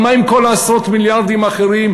אבל מה עם כל עשרות המיליארדים האחרים?